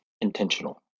intentional